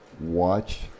watch